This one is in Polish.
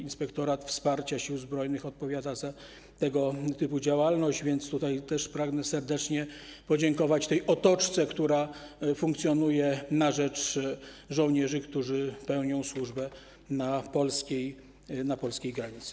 Inspektorat Wsparcia Sił Zbrojnych odpowiada za tego typu działalność, więc tutaj też pragnę serdecznie podziękować tej otoczce, która funkcjonuje na rzecz żołnierzy, którzy pełnią służbę na polskiej granicy.